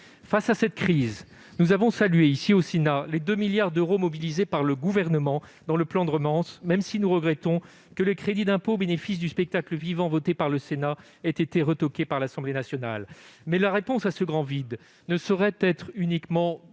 Face à cette crise, nous avons salué la mobilisation de 2 milliards d'euros par le Gouvernement dans le plan de relance, même si nous regrettons que le crédit d'impôt au bénéfice du spectacle vivant, voté par le Sénat, ait été repoussé par l'Assemblée nationale. Pourtant, la réponse à ce grand vide ne saurait être uniquement